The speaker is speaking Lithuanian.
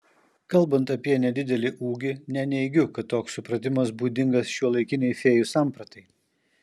kalbant apie nedidelį ūgį neneigiu kad toks supratimas būdingas šiuolaikinei fėjų sampratai